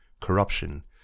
corruption